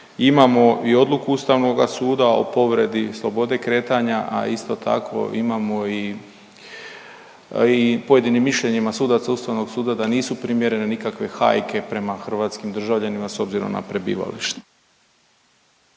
imamo i odluku Ustavnoga suda o povredi slobode kretanja, a isto tako imamo i pojedinim mišljenjima sudaca Ustavnog suda da nisu primjerene nikakve hajke prema hrvatskim državljanima s obzirom na prebivalište.